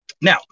Now